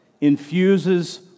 infuses